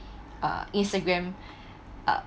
uh Instragram uh